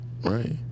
right